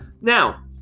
Now